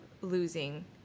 losing